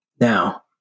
Now